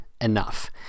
enough